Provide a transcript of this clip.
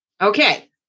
Okay